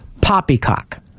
Poppycock